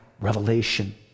revelation